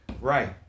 right